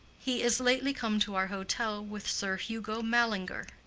he is lately come to our hotel with sir hugo mallinger.